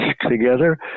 together